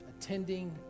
attending